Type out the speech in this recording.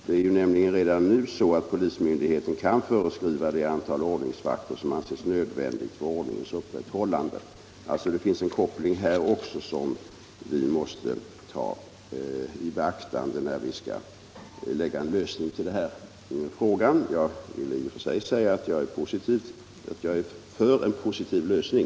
Det är nämligen redan nu så att polismyndigheten kan föreskriva det antal ordningsvakter som anses nödvändigt för ordningens upprätthållande. Det finns alltså en koppling här också som vi måste ta i beaktande, när vi skall föreslå en lösning av den här frågan. Jag vill i och för sig säga att jag är för en positiv lösning.